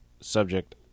subject